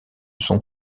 son